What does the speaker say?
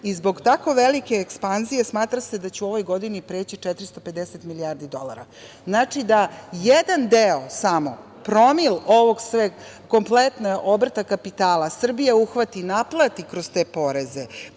i zbog tako velike ekspanzije smatra se da će u ovoj godini preći 450 milijardi dolara. Znači da jedan deo samo, promil kompletnog obrta kapitala Srbija uhvati i naplati kroz te poreze